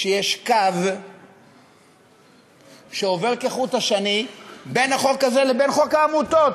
שיש קו שעובר כחוט השני בין החוק הזה לבין חוק העמותות.